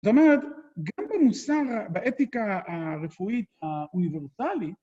זאת אומרת גם במוסר, באתיקה הרפואית האוניברלית